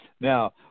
Now